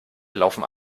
laufen